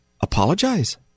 apologize